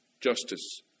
justice